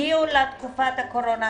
הגיעו לתקופת הקורונה.